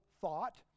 thought